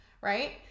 right